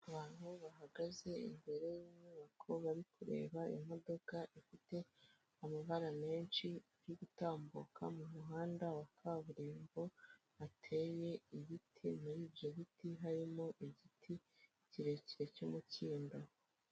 Abantu bahagaze imbere y'inyubako, bari kureba imodoka ifite amabara menshi irigutambuka mu muhanda wa kaburimbo, hateye ibiti muri ibyo biti harimo igiti kirekire cy'umukindo.